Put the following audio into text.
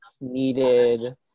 needed